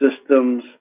systems